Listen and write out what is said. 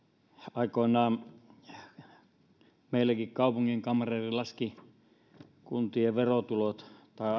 aikoinaan meilläkin kaupunginkamreeri arvioi kuntien verotulot